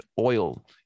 oil